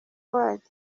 waryo